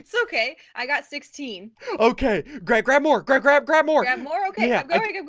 so okay, i got sixteen okay. great. grab more grab grab grab more and more okay yeah okay good.